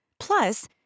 Plus